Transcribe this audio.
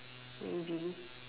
maybe